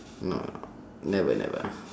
no never never